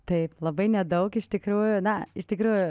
taip labai nedaug iš tikrųjų na iš tikrųjų